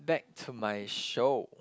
back to my show